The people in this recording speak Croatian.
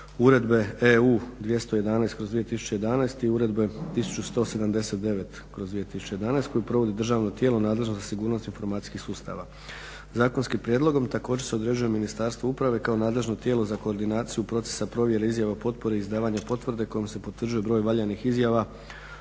Uredbe EU 211/2011. i Uredbe 1179/2011. koju provodi državno tijelo nadležno za sigurnost informacijskih sustava. Zakonskim prijedlogom također se određuje Ministarstvo uprave kao nadležno tijelo za koordinaciju procesa provjere izjava o potpori i izdavanje potvrde kojom se potvrđuje broj valjanih izjava